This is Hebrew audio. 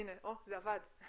הינה, זה עבד.